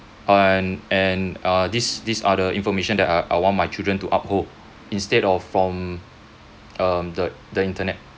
and and uh these these are the information that I I want my children to uphold instead of from um the the internet